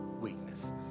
weaknesses